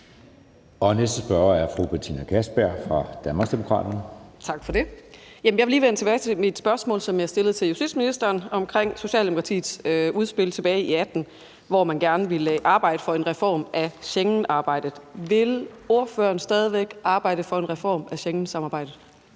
Næste spørger er fru Betina Kastbjerg fra Danmarksdemokraterne. Kl. 14:33 Betina Kastbjerg (DD): Tak for det. Jeg vil lige vende tilbage til mit spørgsmål, som jeg stillede til justitsministeren, omkring Socialdemokratiets udspil tilbage i 2018, hvor man gerne ville arbejde for en reform af Schengensamarbejdet. Vil ordføreren stadig væk arbejde for en reform af Schengensamarbejdet?